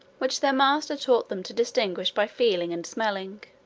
which their master taught them to distinguish by feeling and smelling.